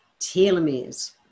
telomeres